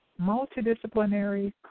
multidisciplinary